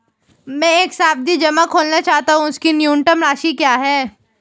मैं एक सावधि जमा खोलना चाहता हूं इसकी न्यूनतम राशि क्या है?